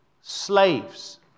slaves